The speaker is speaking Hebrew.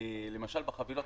למשל בחבילות,